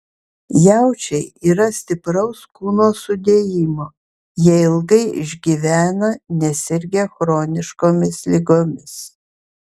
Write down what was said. jaučiai yra stipraus kūno sudėjimo jie ilgai išgyvena nesirgę chroniškomis ligomis